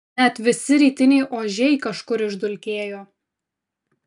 net visi rytiniai ožiai kažkur išdulkėjo